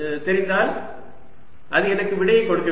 தெரிந்தால் அது எனக்கு விடையை கொடுக்க வேண்டும்